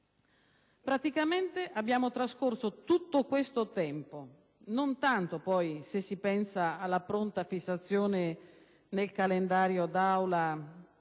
Praticamente abbiamo trascorso tutto questo tempo - non tanto, poi, se si pensa alla pronta fissazione nel calendario d'Aula